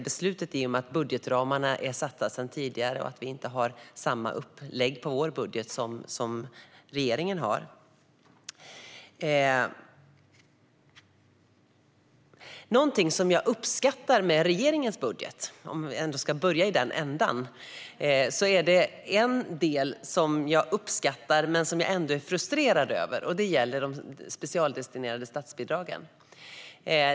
I och med att budgetramarna är satta sedan tidigare och vi inte har samma upplägg som regeringen i vårt budgetförslag väljer vi alltså att inte delta i beslutet. Någonting jag uppskattar med regeringens budget men ändå är frustrerad över, om vi ska börja i den änden, är de specialdestinerade statsbidragen.